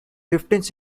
fifteenth